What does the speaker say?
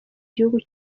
gihugu